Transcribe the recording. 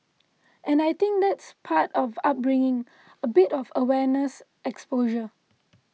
and I think that's part of upbringing a bit of awareness exposure